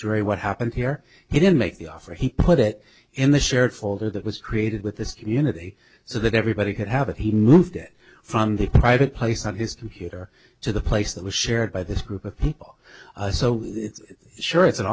jury what happened here he didn't make the offer he put it in the shared folder that was created with this community so that everybody could have it he moved it from the private place of his computer to the place that was shared by this group of people so sure it's an